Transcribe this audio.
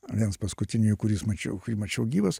vienas paskutiniųjų kuris mačiau kurį mačiau gyvas